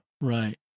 Right